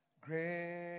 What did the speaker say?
Great